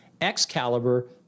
Excalibur